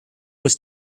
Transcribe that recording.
was